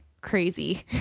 crazy